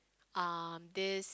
um this